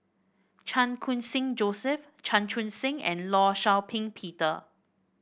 Chan Khun Sing Joseph Chan Chun Sing and Law Shau Ping Peter